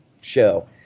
show